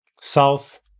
south